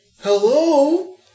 Hello